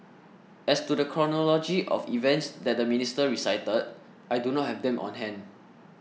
as to the chronology of events that the minister recited I do not have them on hand